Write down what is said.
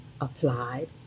applied